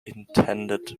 intended